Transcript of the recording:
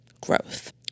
growth